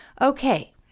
Okay